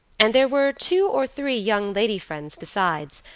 and there were two or three young lady friends besides,